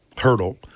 hurdle